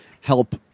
help